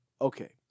okay